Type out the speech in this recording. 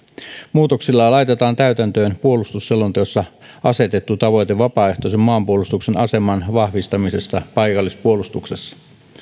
muutoksilla laitetaan täytäntöön puolustusselonteossa asetettu tavoite vapaaehtoisen maanpuolustuksen aseman vahvistamisesta paikallispuolustuksessa